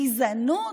גזענות?